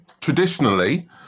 Traditionally